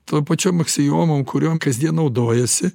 tom pačiom aksiomom kuriom kasdien naudojasi